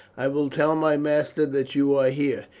i will tell my master that you are here.